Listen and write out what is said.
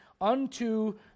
unto